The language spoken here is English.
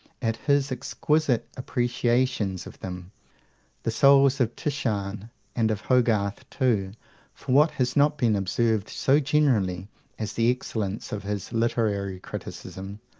at his exquisite appreciations of them the souls of titian and of hogarth too for, what has not been observed so generally as the excellence of his literary criticism,